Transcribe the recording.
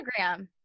Instagram-